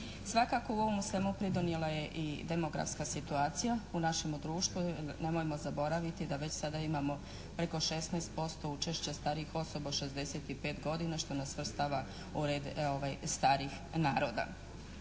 Svakako ovome svemu pridonijela je i demokratska situacija u našemu društvu i nemojmo zaboraviti da već sada imamo preko 16% učešća starijih osoba od 65 godina što nas svrstava u red starih naroda.